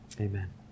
Amen